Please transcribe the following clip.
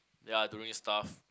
ya doing stuff